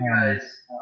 guys